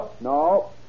no